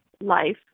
life